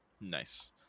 Nice